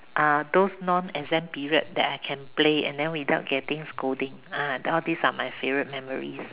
uh those non exam period that I can play and then without getting scolding ah all these are my favourite memories